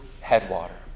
headwater